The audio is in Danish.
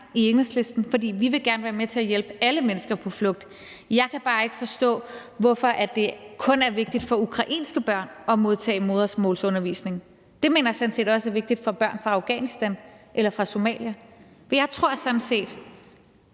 Enhedslisten gerne, for vi vil gerne være med til at hjælpe alle mennesker på flugt. Jeg kan bare ikke forstå, hvorfor det kun er vigtigt for ukrainske børn at modtage modersmålsundervisning. Det mener jeg sådan set også er vigtigt for børn fra Afghanistan eller fra Somalia. For jeg tror sådan set,